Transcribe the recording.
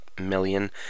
million